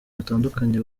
batandukanye